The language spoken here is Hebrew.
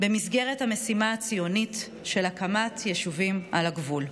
במסגרת המשימה הציונית של הקמת יישובים על הגבול.